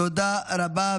תודה רבה.